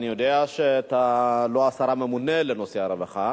אני יודע שאתה לא השר הממונה על נושא הרווחה,